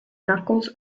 knuckles